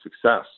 success